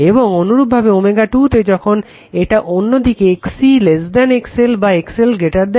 এবং অনুরূপভাবে ω2 তে যখন এটা অন্য দিকে XC XL বা XL XC